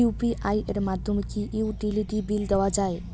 UPI এর মাধ্যমে কি ইউটিলিটি বিল দেওয়া যায়?